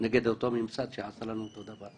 סטטוס".